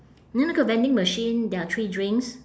then 那个 vending machine there are three drinks